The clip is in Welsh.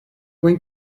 mwyn